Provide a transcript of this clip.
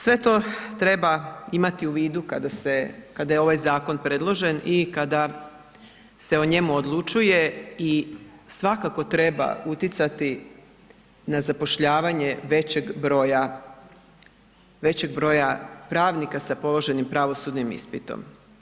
Sve to treba imati u vidu kada se, kada je ovaj zakon predložen i kada se o njemu odlučuje i svakako treba utjecati na zapošljavanje većeg broja pravnika sa položenim pravosudnim ispitom.